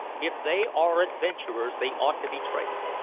if they are adventurers, they ought to be traced.